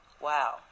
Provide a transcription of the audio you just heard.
Wow